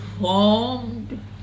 formed